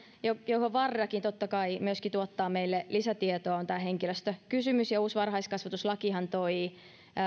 johon vardakin totta kai myöskin tuottaa meille lisätietoa on tämä henkilöstökysymys uusi varhaiskasvatuslakihan toi